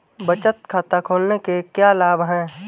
बचत खाता खोलने के क्या लाभ हैं?